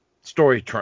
story